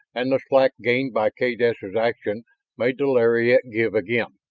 and the slack gained by kaydessa's action made the lariat give again.